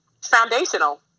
foundational